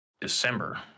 December